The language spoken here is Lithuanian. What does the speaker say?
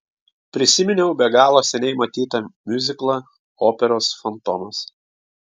prisiminiau be galo seniai matytą miuziklą operos fantomas